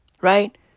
Right